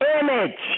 image